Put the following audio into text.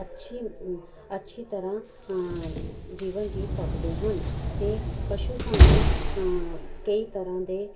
ਅੱਛੀ ਅੱਛੀ ਤਰ੍ਹਾਂ ਜੀਵਨ ਜੀਅ ਸਕਦੇ ਹਨ ਅਤੇ ਪਸ਼ੂ ਸਾਨੂੰ ਕਈ ਤਰ੍ਹਾਂ ਦੇ